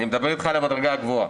אני מדבר איתך על המדרגה הגבוהה.